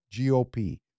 GOP